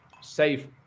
safe